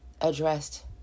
addressed